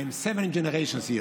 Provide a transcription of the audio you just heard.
I am seven generations here,